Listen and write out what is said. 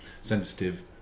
sensitive